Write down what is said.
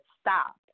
stop